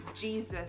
Jesus